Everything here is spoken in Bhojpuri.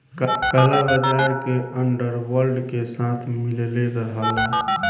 काला बाजार के अंडर वर्ल्ड के साथ मिलले रहला